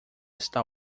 está